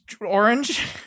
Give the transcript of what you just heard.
orange